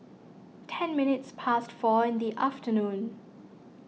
ten minutes past four in the afternoon